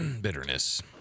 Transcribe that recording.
bitterness